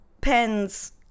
pens